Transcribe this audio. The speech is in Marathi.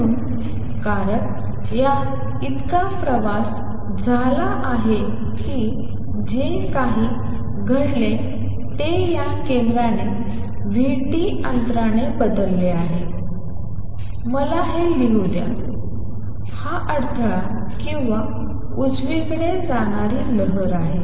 म्हणून कारण यात इतका प्रवास झाला आहे की जे काही घडले ते या केंद्राने v t अंतराने बदलले आहे मला हे लिहू द्या हा अडथळा किंवा उजवीकडे जाणारी लहर आहे